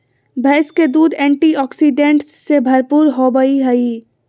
भैंस के दूध एंटीऑक्सीडेंट्स से भरपूर होबय हइ